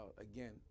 again